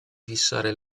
fissare